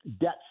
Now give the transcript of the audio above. debt